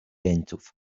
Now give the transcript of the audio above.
jeńców